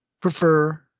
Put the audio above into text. prefer